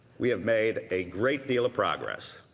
we have made a great deal of progress,